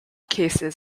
cases